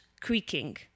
creaking